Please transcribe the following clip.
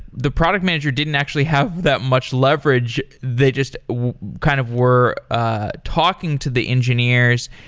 the product manager didn't actually have that much leverage, they just kind of were ah talking to the engineers,